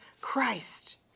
Christ